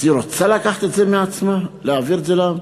אז היא רוצה לקחת את זה מעצמה ולהעביר את זה לעם?